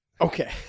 Okay